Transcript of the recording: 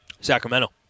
Sacramento